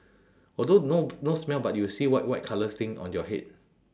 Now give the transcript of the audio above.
although no no smell but you will see white white colour thing on your head